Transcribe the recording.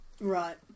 Right